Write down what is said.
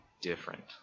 different